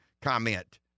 comment